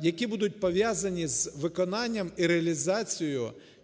які будуть пов'язані з виконанням і реалізацією